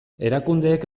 erakundeek